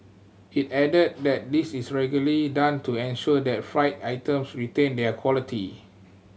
it added that this is regularly done to ensure that fried items retain their quality